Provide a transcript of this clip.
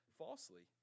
falsely